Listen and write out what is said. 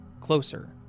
Closer